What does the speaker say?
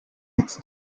text